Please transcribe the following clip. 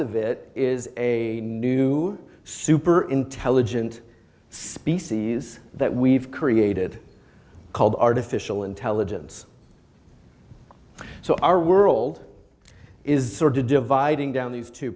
of it is a new super intelligent species that we've created called artificial intelligence so our world is sort of dividing down these t